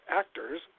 actors